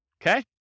okay